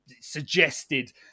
suggested